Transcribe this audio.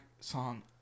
song